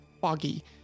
foggy